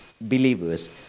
believers